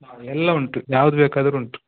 ಹಾಂ ಎಲ್ಲ ಉಂಟು ಯಾವ್ದು ಬೇಕಾದರೂ ಉಂಟು